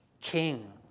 king